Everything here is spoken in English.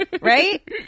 right